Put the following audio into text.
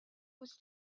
was